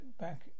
back